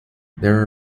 their